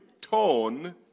Tone